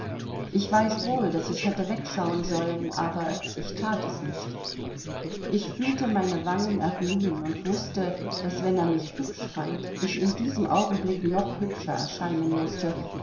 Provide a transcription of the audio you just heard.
ich weiß wohl daß ich hätte wegschauen sollen aber ich that es nicht ich fühlte meine wangen erglühen und wußte daß wenn er mich hübsch fand ich in diesem augenblick noch hübscher erscheinen mußte